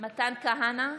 מתן כהנא,